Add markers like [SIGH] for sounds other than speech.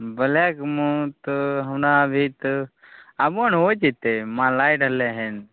बलैकमे तऽ हमरा अभी तऽ आबऽ ने [UNINTELLIGIBLE] हो जतै माल आ रहलै हन